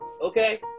okay